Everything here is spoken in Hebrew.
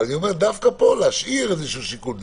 אני אומר דווקא להשאיר פה איזשהו שיקול דעת,